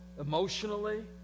emotionally